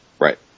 Right